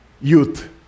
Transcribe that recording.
youth